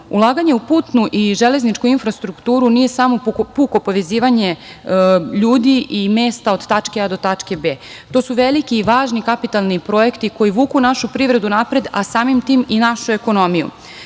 robe. Ulaganje u putnu i železničku infrastrukturu nije samo puko povezivanje ljudi i mesta od tačke A do tačke B. To su veliki i važni kapitalni projekti koji vuku našu privredu napred, a samim tim i našu ekonomiju. Ja